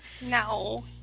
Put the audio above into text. No